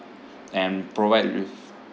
and provide with